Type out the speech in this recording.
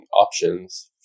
options